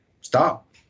stop